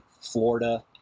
Florida